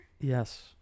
Yes